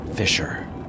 Fisher